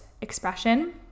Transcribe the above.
expression